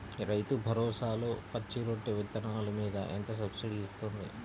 రైతు భరోసాలో పచ్చి రొట్టె విత్తనాలు మీద ఎంత సబ్సిడీ ఇస్తుంది?